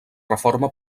reforma